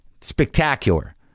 spectacular